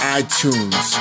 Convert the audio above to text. iTunes